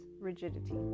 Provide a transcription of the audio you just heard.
rigidity